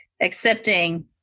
accepting